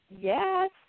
Yes